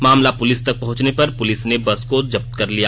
मामला पुलिस तक पहुंचने पर पुलिस ने बस को जब्त कर लिया